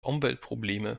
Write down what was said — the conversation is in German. umweltprobleme